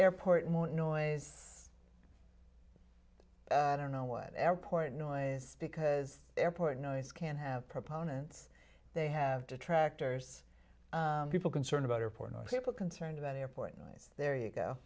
airport more noise i don't know what airport noise because airport no is can have proponents they have detractors people concerned about her portnoy's people concerned about airport delays there you go